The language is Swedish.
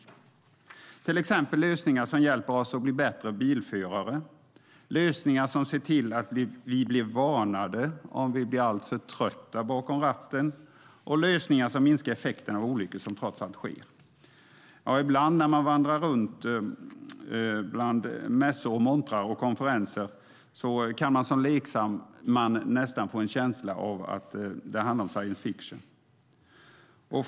Det handlar till exempel om lösningar som hjälper oss att bli bättre bilförare, lösningar som ser till att vi blir varnade om vi blir alltför trötta bakom ratten och lösningar som minskar effekterna av olyckor som trots allt sker. Ibland när man vandrar runt bland montrar på mässor och konferenser kan man som lekman nästan få en känsla av att det handlar om science fiction.